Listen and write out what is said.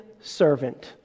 servant